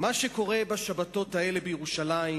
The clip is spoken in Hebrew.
מה שקורה בשבתות האלה בירושלים,